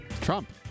Trump